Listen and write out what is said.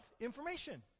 information